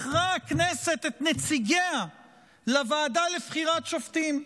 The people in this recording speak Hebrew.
בחרה הכנסת את נציגיה לוועדה לבחירת שופטים.